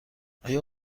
آیا